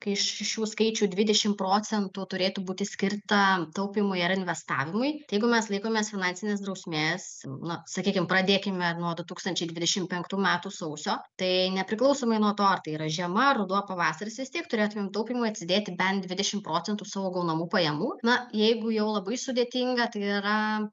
kai iš šių skaičių dvidešim procentų turėtų būti skirta taupymui ir investavimui tai jeigu mes laikomės finansinės drausmės na sakykim pradėkime nuo du tūkstančiai dvidešim penktų metų sausio tai nepriklausomai nuo to ar tai yra žiema ruduo pavasaris vis tiek turėtumėm taupymui atsidėti bent dvidešim procentų savo gaunamų pajamų na jeigu jau labai sudėtinga tai yra